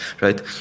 Right